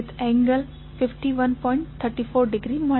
34° મળશે